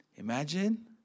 Imagine